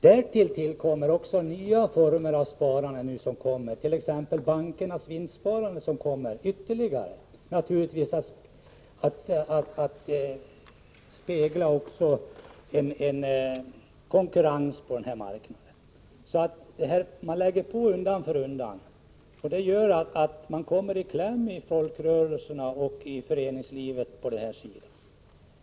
Därtill kommer nya spelformer, t.ex. bankernas vinstsparande, som blir ytterligare en konkurrensfaktor på denna marknad. Allt detta gör att folkrörelserna och föreningslivet kommer i kläm.